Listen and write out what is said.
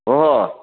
ओ हो